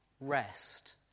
rest